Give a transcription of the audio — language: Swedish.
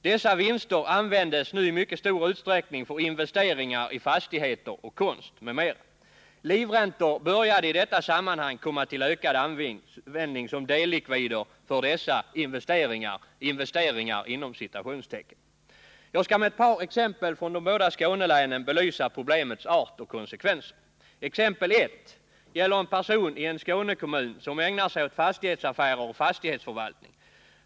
Dessa vinster användes i mycket stor utsträckning för investeringar i fastigheter och konst. Livräntor började i detta sammanhang komma till ökad användning som dellikvider för dessa ”investeringar”. Jag skall med några exempel från de båda Skånelänen belysa problemets art och konsekvenser: Det första exemplet gäller en person i en Skånekommun som ägnar sig åt fastighetsaffärer och fastighetsförvaltning.